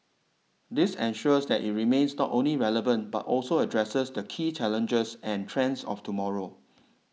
this ensures that it remains not only relevant but also addresses the key challenges and trends of tomorrow